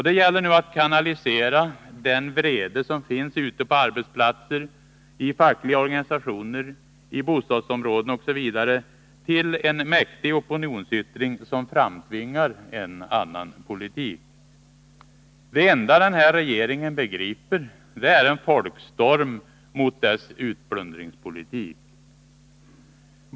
Det gäller nu att kanalisera den vrede som finns ute på arbetsplatser, i fackliga organisationer, i bostadsområden osv. till en mäktig opinionsyttring som framtvingar en annan politik. Det enda den här regeringen begriper är en folkstorm mot dess utplundringspolitik.